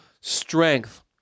strength